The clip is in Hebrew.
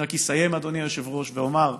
אני רק אסיים, אדוני היושב-ראש, ואומר